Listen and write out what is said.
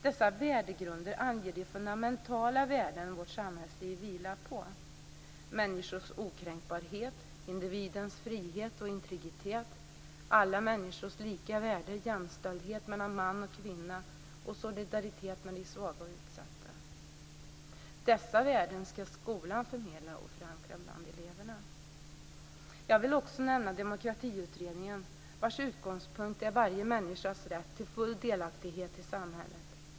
Dessa värdegrunder anger de fundamentala värden vårt samhällsliv vilar på: människors okränkbarhet, individens frihet och integritet, alla människors lika värde, jämställdhet mellan man och kvinna och solidaritet med de svaga och utsatta. Dessa värden skall skolan förmedla och förankra bland eleverna. Jag vill också nämna Demokratiutredningen, vars utgångspunkt är varje människas rätt till full delaktighet i samhället.